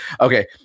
okay